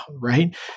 right